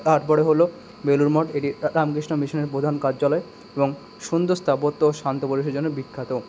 তারপরে হলো বেলুর মঠ এটি রামকৃষ্ণ মিশনের প্রধান কার্যালয় এবং সুন্দর স্তাপত্য ও শান্ত পরিবেশের জন্য বিখ্যাত